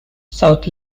south